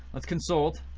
let's consult,